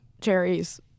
cherries